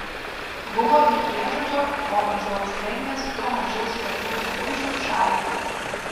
buvo ir priežodžio kuo mažiau apsirengęs tuo mažiau šlapių drabužių šalininkų